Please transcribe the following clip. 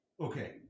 Okay